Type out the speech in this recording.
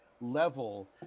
level